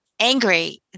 angry